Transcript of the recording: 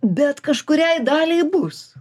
bet kažkuriai daliai bus